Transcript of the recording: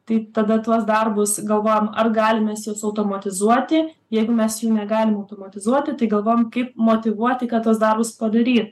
tai tada tuos darbus galvojam ar galim mes juos automatizuoti jeigu mes jų negalim automatizuoti tai galvojam kaip motyvuoti kad tuos darbus padary